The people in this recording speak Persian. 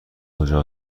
کجا